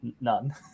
none